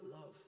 love